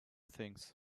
things